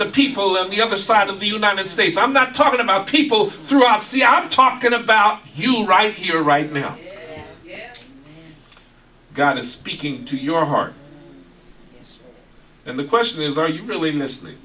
the people on the other side of the united states i'm not talking about people throughout see i'm talking about you right here right now god is speaking to your heart and the question is are you really lis